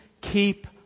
Keep